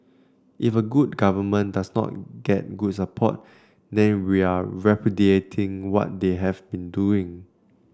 if a good government does not get good support then we are repudiating what they have been doing